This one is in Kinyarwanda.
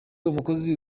umukozi